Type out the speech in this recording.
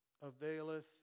availeth